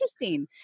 interesting